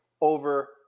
over